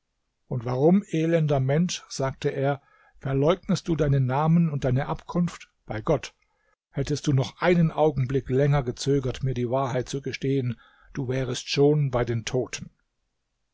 und warum elender mensch sagte er verleugnest du deinen namen und deine abkunft bei gott hättest du noch einen augenblick länger gezögert mir die wahrheit zu gestehen du wärest schon bei den toten